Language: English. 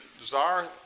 desire